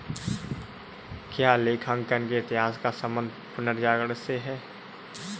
क्या लेखांकन के इतिहास का संबंध पुनर्जागरण से है?